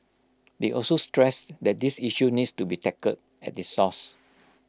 they also stressed that this issue needs to be tackled at the